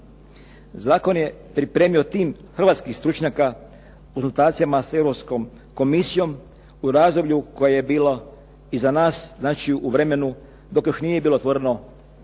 Zakon je pripremio tim hrvatskih stručnjaka u konzultacijama sa Europskom komisijom u razdoblju koje je bilo iza nas znači u vremenu dok još nije bilo otvoreno